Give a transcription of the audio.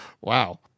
wow